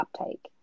uptake